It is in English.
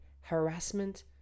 harassment